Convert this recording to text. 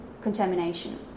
contamination